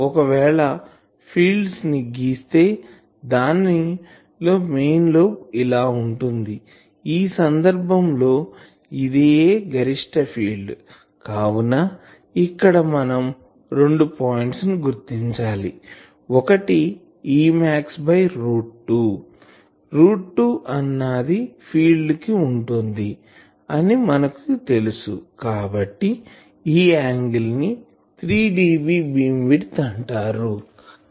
ఒకవేళ ఫీల్డ్ ని గీస్తే దానిలో మెయిన్ లోబ్ ఇలా ఉంటుంది ఈ సందర్భం లో ఇదియే గరిష్ట ఫీల్డ్ కావున ఇక్కడ మనం రెండు పాయింట్స్ ని గుర్తించాలి ఒకటి Emax బై రూట్2రూట్2 అన్నది ఫీల్డ్ కి ఉంటుంది అని మనకు తెలుసుకాబట్టి ఈ యాంగిల్ ని 3 dB బీమ్ విడ్త్ అంటారు